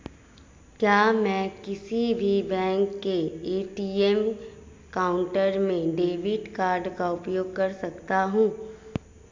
क्या मैं किसी भी बैंक के ए.टी.एम काउंटर में डेबिट कार्ड का उपयोग कर सकता हूं?